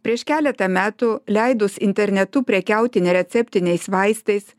prieš keletą metų leidus internetu prekiauti nereceptiniais vaistais